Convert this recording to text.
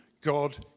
God